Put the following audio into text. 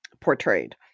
portrayed